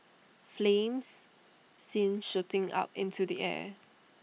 flames seen shooting up into the air